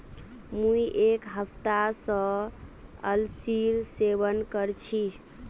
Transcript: मुई एक हफ्ता स अलसीर सेवन कर छि